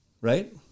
Right